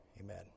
Amen